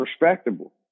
respectable